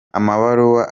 amabaruwa